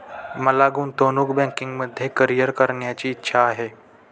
मला गुंतवणूक बँकिंगमध्ये करीअर करण्याची इच्छा आहे